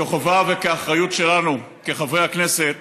כחובה וכאחריות שלנו כחברי הכנסת,